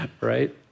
Right